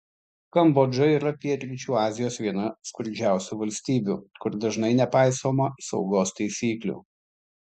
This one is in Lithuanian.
kambodža yra pietryčių azijos viena skurdžiausių valstybių kur dažnai nepaisoma saugos taisyklių